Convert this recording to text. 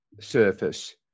surface